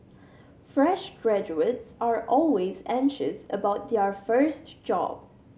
fresh graduates are always anxious about their first job